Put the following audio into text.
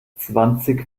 zwanzig